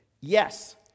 yes